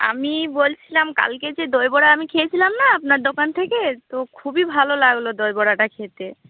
আমি বলছিলাম কালকে যে দইবড়া আমি খেয়েছিলাম না আপনার দোকান থেকে তো খুবই ভালো লাগলো দইবড়াটা খেতে